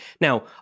Now